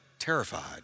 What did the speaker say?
terrified